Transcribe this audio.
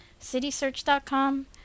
CitySearch.com